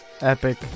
Epic